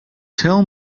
tell